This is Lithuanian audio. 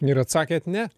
ir atsakėt ne